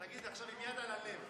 תגיד, עכשיו עם יד הלב.